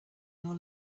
your